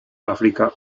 áfrica